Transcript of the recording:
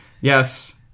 yes